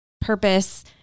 purpose